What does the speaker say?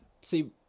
See